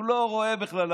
הוא לא רואה בכלל,